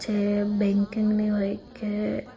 જે બેન્કિંગની હોય કે